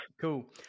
Cool